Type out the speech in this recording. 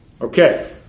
Okay